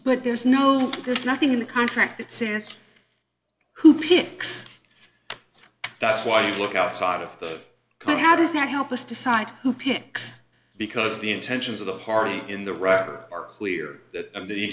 but there's no there's nothing in the contract that says who picks that's why you look outside of the kind how does that help us decide who picks because the intentions of the party in the